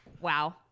wow